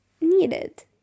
needed